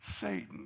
Satan